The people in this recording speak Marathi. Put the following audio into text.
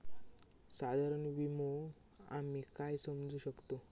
साधारण विमो आम्ही काय समजू शकतव?